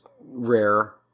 rare